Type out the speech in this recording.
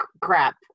crap